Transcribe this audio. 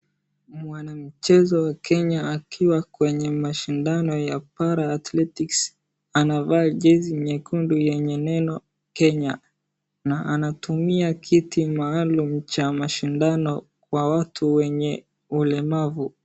Mwanamchezo wa Kenya akiwa kwenye mashindano ya para athletics . Anavaa jezi nyekundu yenye neno Kenya, na anatumia kiti maalumu cha mashindano kwa watu wenye ulemavu.